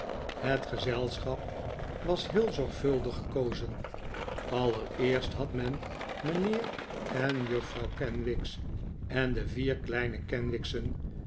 het gezelschap was heel zorgvuldig gekozen allereerst had men mijnheer en juffrouw kenwigs en de vier kleine kenwigs'en